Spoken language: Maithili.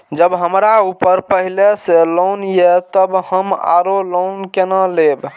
जब हमरा ऊपर पहले से लोन ये तब हम आरो लोन केना लैब?